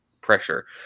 pressure